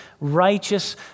righteous